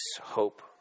hope